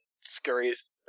scurries